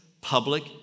public